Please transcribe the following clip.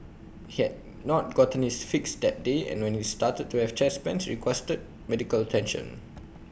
he had not gotten his fix that day and when he started to have chest pains requested medical attention